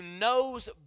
knows